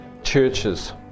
churches